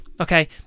okay